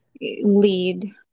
lead